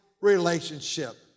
relationship